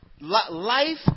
life